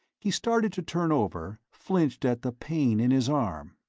he started to turn over, flinched at the pain in his arm.